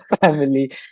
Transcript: family